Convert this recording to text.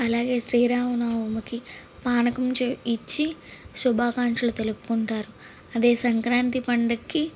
అలాగే శ్రీరామనవమికి పానకం తె ఇచ్చి శుభాకాంక్షలు తెలుపుకుంటారు అదే సంక్రాంతి పండక్కి